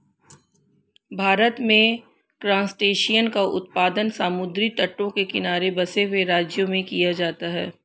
भारत में क्रासटेशियंस का उत्पादन समुद्री तटों के किनारे बसे हुए राज्यों में किया जाता है